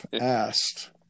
asked